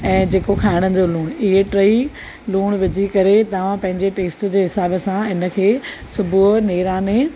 ऐं जेको खाइण जो लूणु इहे टई लूणु विझी करे तव्हां पंहिंजे टेस्ट जे हिसाब सां हिन खे सुबुह नेराणे